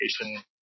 education